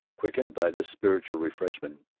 quickened by this spiritual refreshment,